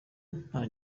nta